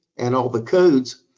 and all the codes,